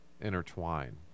intertwine